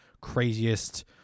craziest